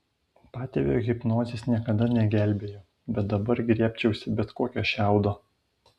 patėvio hipnozės niekada negelbėjo bet dabar griebčiausi bet kokio šiaudo